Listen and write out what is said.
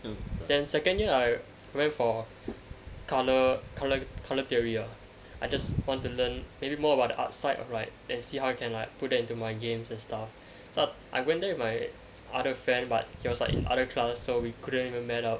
and then second year I went for colour colour colour theory ah I just want to learn maybe more about the outside right and see how can I put that into my games and stuff so I went there with my other friend but he was like in other class so we couldn't even meet up